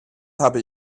habe